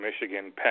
Michigan